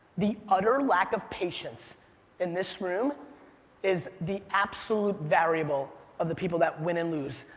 the utter lack of patience in this room is the absolute variable of the people that win and lose.